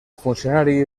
funcionari